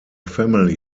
family